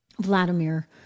Vladimir